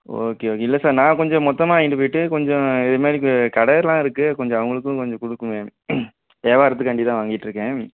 okay okay இல்லை sir நான் கொஞ்சம் மொத்தமாக வாங்கிட்டு போய்விட்டு கொஞ்சம் இது மாதிரி க கடைலாம் இருக்கு கொஞ்சம் அவங்களுக்கும் கொஞ்சம் கொடுக்குவேன் வியாபாரத்துக்காண்டி தான் வாங்கிட்டுருக்கேன்